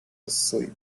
asleep